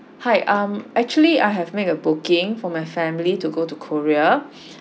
hi um actually I have made a booking for my family to go to korea